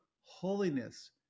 holiness